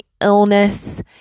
illness